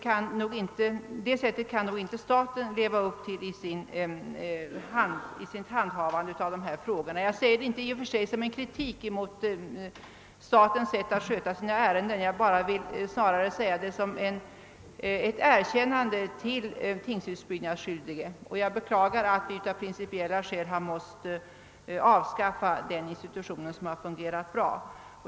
Jag säger det i och för sig inte som kritik mot statens sätt att handlägga sina ärenden utan snarare som ett erkännande åt tingshusbyggnadsskyldige. Jag beklagar att vi av principiella skäl har måst avskaffa den institutionen, som har fungerat bra.